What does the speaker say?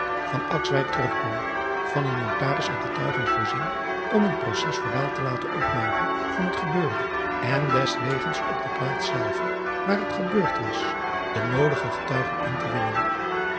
terugkwam van een otaris en getuigen voorzien om een roces erbaal te laten opmaken van het gebeurde en deswegens op de plaats zelve waar het gebeurd was de noodige getuigen in te winnen